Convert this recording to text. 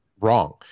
wrong